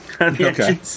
Okay